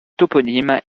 toponymes